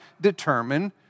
determine